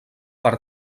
per